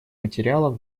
материалов